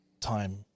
time